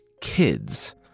kids